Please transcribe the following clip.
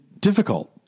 difficult